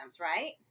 right